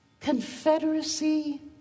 Confederacy